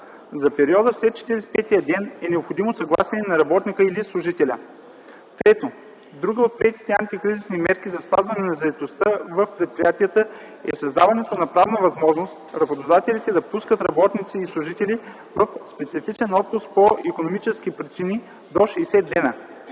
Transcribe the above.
За периода след 45-ия ден е необходимо съгласието на работника или служителя. Трето, друга от приетите антикризисни мерки за запазване на заетостта в предприятията е създаването на правна възможност работодателите да “пускат” работниците и служителите в “специфичен отпуск по икономически причини” до 60 дена.